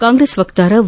ಕಾಂಗ್ರೆಸ್ ವಕ್ತಾರ ವಿ